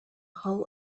hull